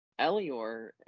Elior